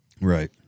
Right